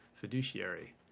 Fiduciary